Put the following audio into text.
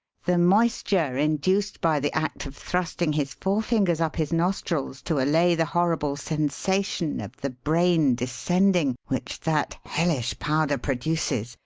the moisture induced by the act of thrusting his forefingers up his nostrils to allay the horrible sensation of the brain descending, which that hellish powder produces,